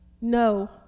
No